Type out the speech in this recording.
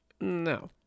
No